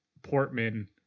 portman